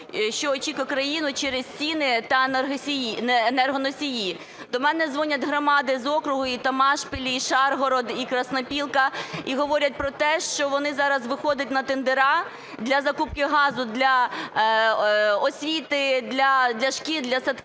що очікує країну через ціни та енергоносії. До мене дзвонять громади з округу (і Томашпіль, і Шаргород, і Краснопілка) і говорять про те, що вони зараз виходять на тендери для закупки газу для освіти, для шкіл, для садків,